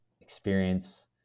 experience